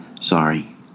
Sorry